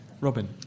Robin